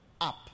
up